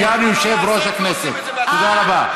סגן יושב-ראש הכנסת, תודה רבה.